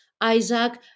Isaac